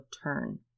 turn